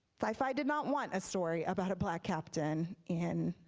sci-fi did not want a story about a black captain in